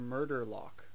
Murderlock